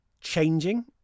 changing